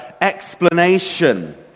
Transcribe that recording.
explanation